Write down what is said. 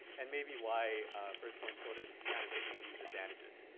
and maybe why first born children kind of attain these advantages.